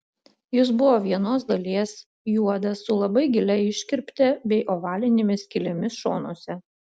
jis buvo vienos dalies juodas su labai gilia iškirpte bei ovalinėmis skylėmis šonuose